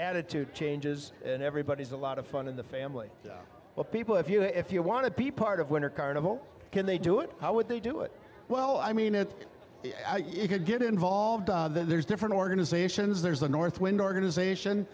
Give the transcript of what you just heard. attitude changes and everybody is a lot of fun in the family of people if you know if you want to be part of winter carnival can they do it how would they do it well i mean it yeah you could get involved there's different organizations there's a north wind organization